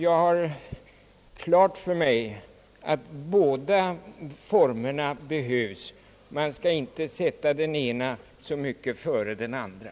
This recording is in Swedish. Jag har klart för mig att båda :formerna behövs, men jag anser :att man inte skall sätta den ena formen så mycket före den andra.